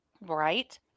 Right